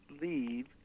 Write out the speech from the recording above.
leave